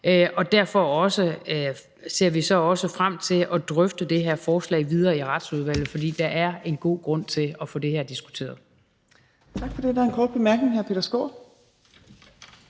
og derfor ser vi også frem til at drøfte det her forslag videre i Retsudvalget. For der er god grund til at få det her diskuteret.